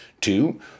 Two